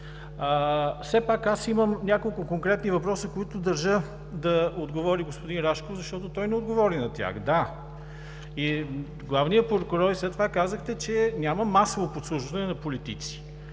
Все пак аз имам няколко конкретни въпроса, на които държа да отговори господин Рашков, защото той не отговори. Да – и главният прокурор, и след това казахте, че няма масово подслушване на политици.